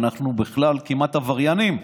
אנחנו בכלל כמעט עבריינים,